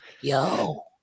yo